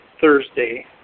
Thursday